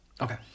Okay